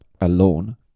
alone